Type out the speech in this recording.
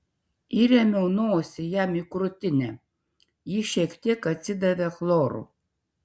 įrėmiau nosį jam į krūtinę ji šiek tiek atsidavė chloru